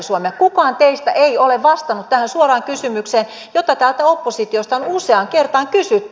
kukaan teistä ei ole vastannut tähän suoraan kysymykseen jota täältä oppositiosta on useaan kertaan kysytty